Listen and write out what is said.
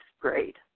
great